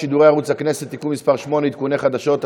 שידורי ערוץ הכנסת (תיקון מס' 8) (עדכוני חדשות),